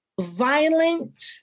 violent